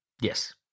Yes